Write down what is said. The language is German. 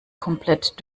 komplett